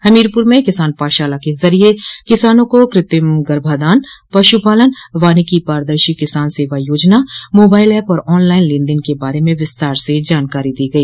हमीरपुर में किसान पाठशाला के जरिये किसानों को कृत्रिम गर्भाधान पश्पालन वानिकी पारदर्शी किसान सेवा योजना मोबाइल ऐप और ऑन लाइन लेन देन के बारे में विस्तार से जानकारी दी गई